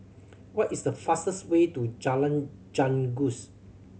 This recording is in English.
what is the fastest way to Jalan Janggus